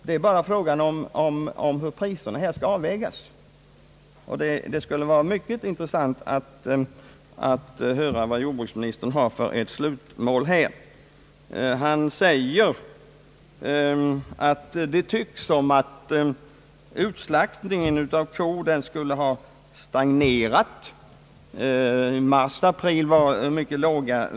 Det är bara fråga om hur priserna här internt kommer att avvägas, och det skulle vara mycket intressant att höra vilket slutmål jordbruksministern egentligen har. Han säger att det tycks som om utslaktningen av kor skulle ha stagnerat — i mars och april var siffrorna mycket låga.